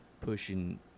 pushing